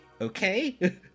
Okay